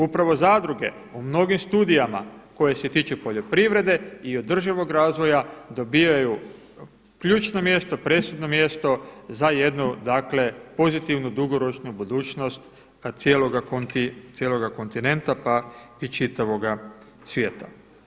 Upravo zadruge u mnogim studijama koje se tiču poljoprivrede i održivog razvoja dobivaju ključno mjesto, presudno mjesto za jednu dakle pozitivnu, dugoročnu budućnost cijeloga kontinenta pa i čitavoga svijeta.